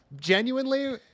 genuinely